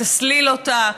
תסליל אותה,